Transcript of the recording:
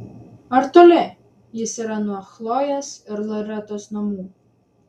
ar toli jis yra nuo chlojės ir loretos namų